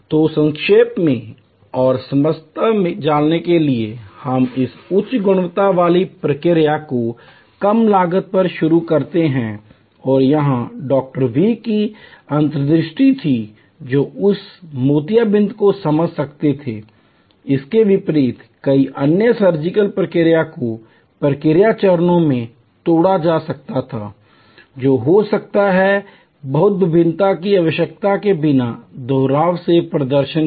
तो संक्षेप में और समता लाने के लिए हम इस उच्च गुणवत्ता वाली प्रक्रिया को कम लागत पर शुरू करते हैं और यह डॉ वी की अंतर्दृष्टि थी जो उस मोतियाबिंद को समझ सकते थे इसके विपरीत कई अन्य सर्जिकल प्रक्रिया को प्रक्रिया चरणों में तोड़ा जा सकता था जो हो सकता है बहुत भिन्नता की आवश्यकता के बिना दोहराव से प्रदर्शन किया